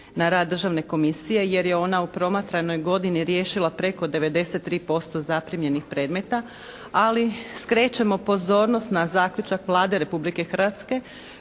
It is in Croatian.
na rad državne komisije, jer je ona u promatranoj godini riješila preko 93% zaprimljenih predmeta, ali skrećemo pozornost na zaključak Vlade Republike Hrvatske